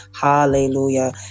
Hallelujah